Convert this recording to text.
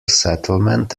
settlement